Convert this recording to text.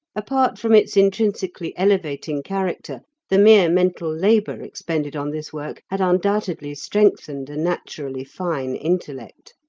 apart from its intrinsically elevating character, the mere mental labour expended on this work had undoubtedly strengthened a naturally fine intellect.